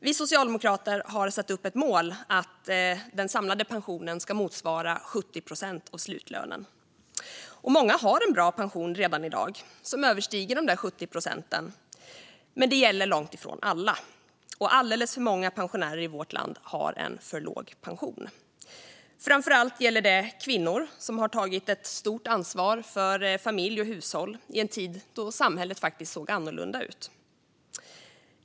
Vi socialdemokrater har satt upp ett mål att den samlade pensionen ska motsvara 70 procent av slutlönen. Många har en bra pension redan i dag, som överstiger de där 70 procenten. Men det gäller långt ifrån alla, och alldeles för många pensionärer i vårt land har en för låg pension. Framför allt gäller det kvinnor som tagit ett stort ansvar för familj och hushåll i en tid då samhället såg annorlunda ut.